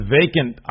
vacant